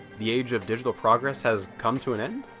the age of digital progress has come to an end?